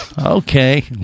Okay